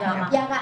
יערה,